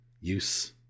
use